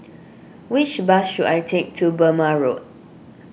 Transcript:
which bus should I take to Burmah Road